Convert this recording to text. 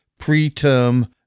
preterm